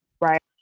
right